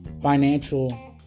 Financial